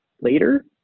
later